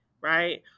right